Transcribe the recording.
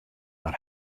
mar